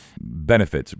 benefits